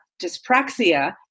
Dyspraxia